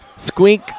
Squeak